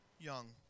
young